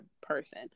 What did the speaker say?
person